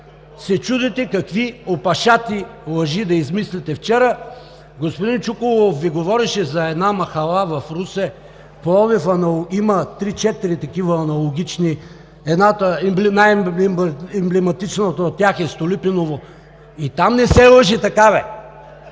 се чудихте какви опашати лъжи да измислите вчера. Господин Чуколов Ви говореше за една махала в Русе. В Пловдив има три-четири такива аналогични. Едната, най-емблематичната от тях, е Столипиново – и там не се лъже така бе,